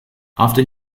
after